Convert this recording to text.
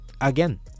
Again